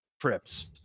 trips